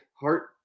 heart